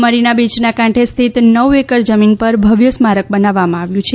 મરીના બીચના કાંઠે સ્થિત નવ એકર જમીન પર ભવ્ય સ્મારક બનાવવામાં આવ્યું છે